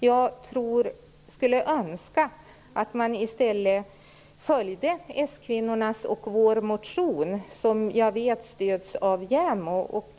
Jag skulle önska att man i stället följde s-kvinnornas och vår motion som jag vet stöds av JämO.